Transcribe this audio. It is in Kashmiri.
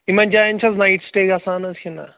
یِمَن جایَن چھِ حظ نایِٹ سِٹے گژھان حظ کِنہٕ نہ